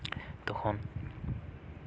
ᱛᱚᱠᱷᱚᱱ